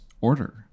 order